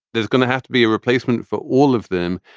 there's going to have to be a replacement for all of them.